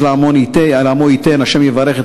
בגופם חסמו את חיילי האויב שאיימו לשטוף את